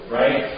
right